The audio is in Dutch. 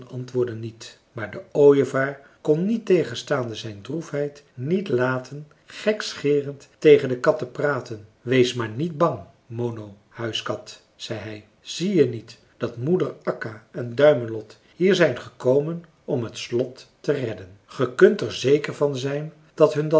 antwoordden niet maar de ooievaar kon niettegenstaande zijn droefheid niet laten gekscherend tegen de kat te praten wees maar niet bang mono huiskat zei hij zie je niet dat moeder akka en duimelot hier zijn gekomen om het slot te redden ge kunt er zeker van zijn dat hun